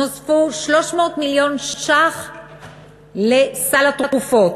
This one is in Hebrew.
נוספו 300 מיליון שקלים לסל התרופות.